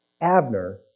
Abner